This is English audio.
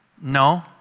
No